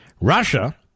Russia